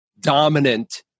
dominant